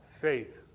faith